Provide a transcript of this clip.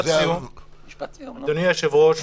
אדוני היושב-ראש,